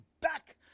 back